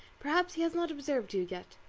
perhaps he has not observed you yet.